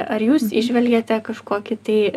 ar jūs įžvelgiate kažkokį tai